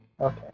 Okay